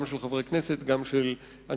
גם של חברי הכנסת,